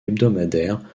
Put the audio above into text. hebdomadaires